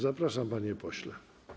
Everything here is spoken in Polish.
Zapraszam, panie pośle.